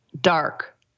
dark